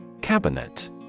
Cabinet